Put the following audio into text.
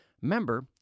Member